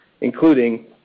including